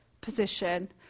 position